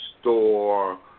store